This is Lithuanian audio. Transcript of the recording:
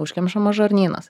užkemšamas žarnynas